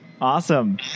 Awesome